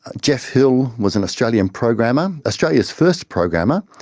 ah geoff hill was an australian programmer, australia's first programmer,